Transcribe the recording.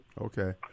Okay